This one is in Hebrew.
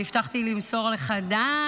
אני הבטחתי למסור לך ד"ש.